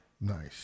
Nice